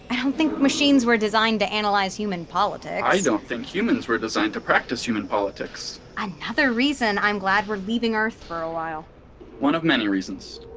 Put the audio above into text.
i don't think machines were designed to analyze human politics. i don't think humans were designed to practice human politics another reason i'm glad we're leaving earth for a while one of many reasons.